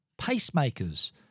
pacemakers